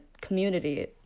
community